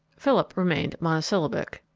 philip remained monosyllabic.